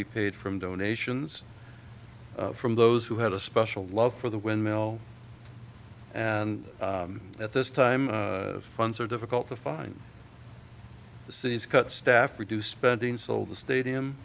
be paid from donations from those who have a special love for the windmill and at this time funds are difficult to find the city's cut staff reduced spending so the stadium